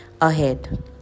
ahead